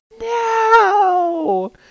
No